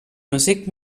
music